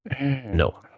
no